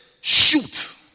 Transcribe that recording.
shoot